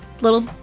little